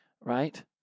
right